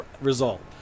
result